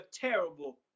terrible